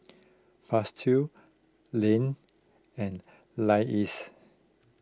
Festus Lane and